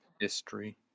history